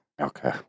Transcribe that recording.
Okay